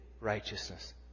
righteousness